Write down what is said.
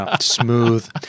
smooth